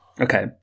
Okay